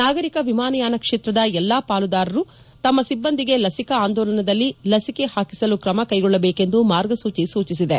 ನಾಗರಿಕ ವಿಮಾನಯಾನ ಕ್ಷೇತ್ರದ ಎಲ್ಲಾ ಪಾಲುದಾರರು ತಮ್ಮ ಸಿಬ್ಬಂದಿಗೆ ಲಸಿಕಾ ಅಂದೋಲನದಲ್ಲಿ ಲಸಿಕೆ ಹಾಕಿಸಲು ಕ್ರಮ ಕೈಗೊಳ್ಳಬೇಕು ಎಂದು ಮಾರ್ಗಸೂಚಿ ಸೂಚಿಸಿದೆ